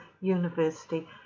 university